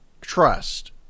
trust